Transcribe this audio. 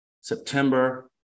September